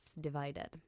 divided